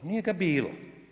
Nije ga bilo.